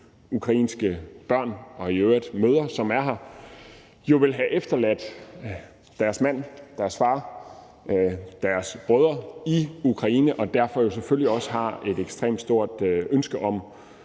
ukrainske børn og i øvrigt også deres mødre, som er her, vil have efterladt deres far og mand og brødre i Ukraine og derfor selvfølgelig også har et ekstremt stort ønske om